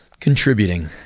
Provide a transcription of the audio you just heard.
Contributing